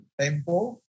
Tempo